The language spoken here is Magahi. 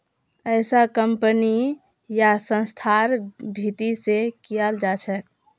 ऐसा कम्पनी या संस्थार भीती से कियाल जा छे